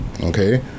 Okay